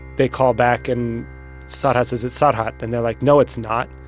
they call back. and sarhad says, it's sarhad. and they're like, no, it's not.